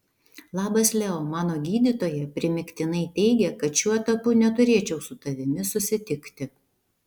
labas leo mano gydytoja primygtinai teigia kad šiuo etapu neturėčiau su tavimi susitikti